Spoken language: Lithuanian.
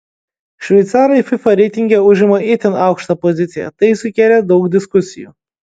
šveicarai fifa reitinge užima itin aukštą poziciją tai sukėlė daug diskusijų